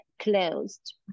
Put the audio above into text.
closed